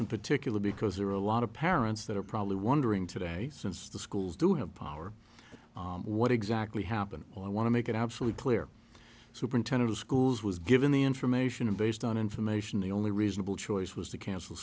in particular because there are a lot of parents that are probably wondering today since the schools do have power what exactly happened i want to make it absolutely clear superintendent of schools was given the information and based on information the only reasonable choice was to cancel